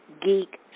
Geek